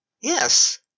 yes